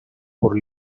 por